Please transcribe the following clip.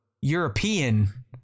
european